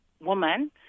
woman